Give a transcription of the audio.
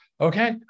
okay